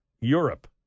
Europe